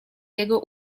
jego